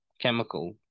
Chemical